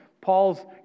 Paul's